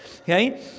Okay